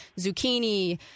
zucchini